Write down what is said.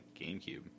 GameCube